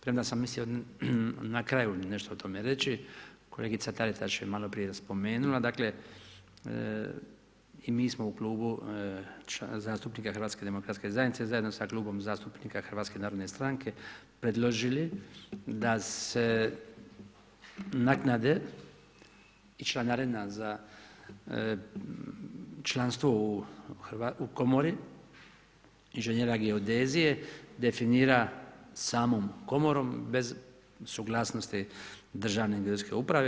Premda sam mislio na kraju nešto o tome reći, kolegica Taritaš je maloprije spomenula, dakle i mi smo u Klubu zastupnika HDZ-a zajedno sa Klubom zastupnika HNS-a predložili da se naknade i članarina za članstvo u Komori inženjera geodezije definira samom Komorom bez suglasnosti državne geodetske uprave.